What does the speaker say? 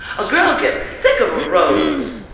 a girl gets sick of a rose.